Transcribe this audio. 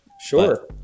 Sure